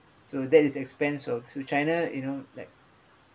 so that is expense of so china you know like